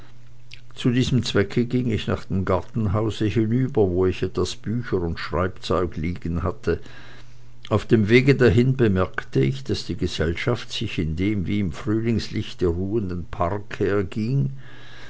zu diesem zwecke ging ich nach dem gartenhause hinüber wo ich etwas bücher und schreibzeug liegen hatte auf dem wege dahin bemerkte ich daß die gesellschaft sich in dem wie im frühlingslichte ruhenden park erging